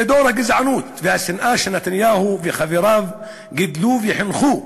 זה דור הגזענות והשנאה שנתניהו וחבריו גידלו וחינכו.